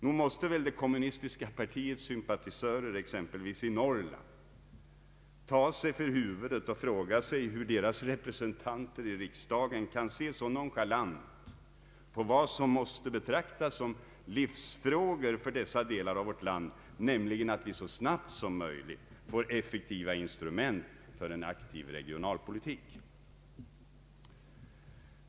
Nog måste väl det kommunistiska partiets sympatisörer, exempelvis i Norrland, ta sig för huvudet och fråga sig hur deras representanter i riksdagen kan se så nonchalant på vad som måste betraktas som livsfrågor för dessa delar av vårt land, nämligen att vi så snart som möjligt får effektiva instrument för en aktiv regionalpolitik.